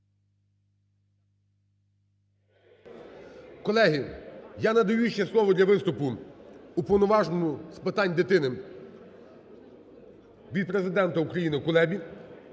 Колеги, я надаю ще слово для виступу Уповноваженому з питань дитини від Президента України Кулебі.